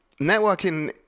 networking